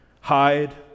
hide